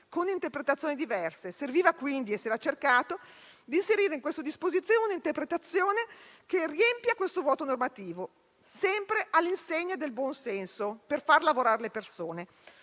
con interpretazioni diverse. Serviva quindi, e si era cercato di inserire in questo dispositivo un'interpretazione che riempisse questo vuoto normativo, sempre all'insegna del buon senso, per far lavorare le persone.